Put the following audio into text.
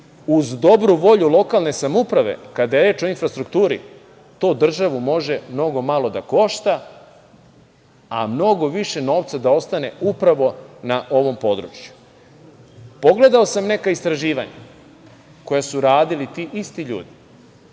uz dobru volju lokalne samouprave, kada je reč o infrastrukturi, to državu može mnogo malo da košta, a mnogo više novca da ostane upravo na ovom području. Pogledao sam neka istraživanja koja su radili ti isti ljudi,